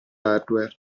hardware